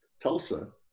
Tulsa